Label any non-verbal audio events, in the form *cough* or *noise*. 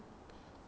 *noise*